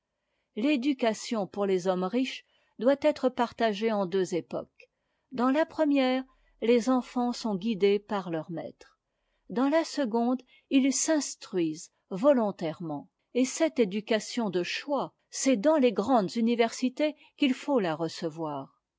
l'éducation pour les hommes riches doit être partagée en deux époques dans ta première les enfants sont guidés par leurs maîtres dans la seconde ils s'instruisent volontairement et cette éducation de choix c'est dans les grandes universités qu'il faut la recevoir